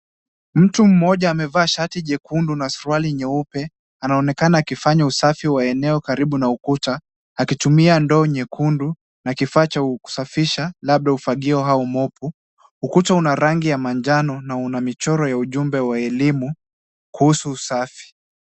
Mtu mmoja amevaa shati jekundu na suruali nyeupe, anaonekana akifanya usafi wa eneo karibu na ukuta , akitumia ndoo nyekundu na kifaa cha kusafisha labda ufagio au mopu . Ukuta una rangi ya manjano na una michoro ya ujumbe wa elimu kuhusu usafi.